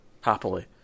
Happily